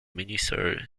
minister